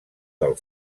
del